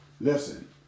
Listen